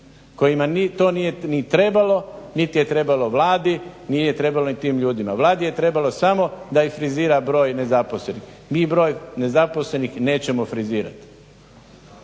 kojima to nije ni trebalo niti je trebalo Vladi, nije trebalo ni tim ljudima. Vladi je trebalo samo da isfrizira broj nezaposlenih. Mi broj nezaposlenih nećemo frizirati.